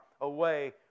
away